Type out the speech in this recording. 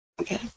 Okay